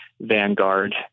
vanguard